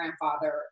grandfather